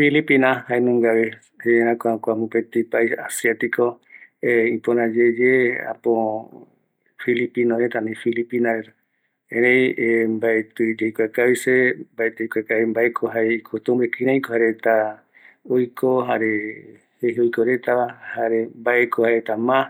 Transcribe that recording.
Filipina jaenungavi, jerakua kua mopëtï pais Asiatico, e ipöräyeye filipino reta, filipina reta, erei mbatï yaikuakavi, se mbaetï aikuakavi mbaeko jae icostumbre, kiraiko jaereta, oiko jare jeje oikoretava, jare mbaeko jaereta mas